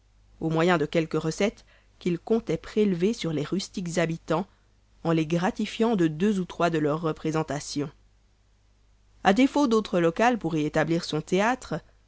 au moyen de quelques recettes qu'ils comptaient prélever sur les rustiques habitans en les gratifiant de deux on trois de leurs représentations a défaut d'autre local pour y établir son théâtre